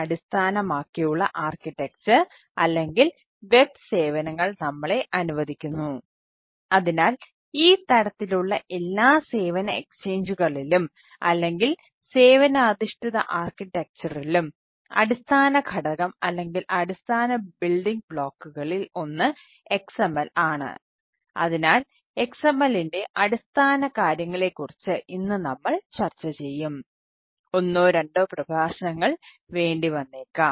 അതിനാൽ XMLന്റെ അടിസ്ഥാനകാര്യങ്ങളെക്കുറിച്ച് ഇന്ന് നമ്മൾ ചർച്ചചെയ്യും ഒന്നോ രണ്ടോ പ്രഭാഷണങ്ങൾ വേണ്ടിവന്നേക്കാം